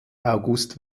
august